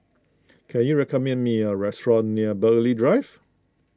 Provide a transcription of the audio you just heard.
can you recommend me a restaurant near Burghley Drive